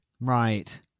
Right